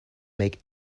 make